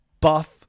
Buff